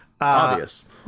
Obvious